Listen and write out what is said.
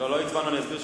לא הצבענו.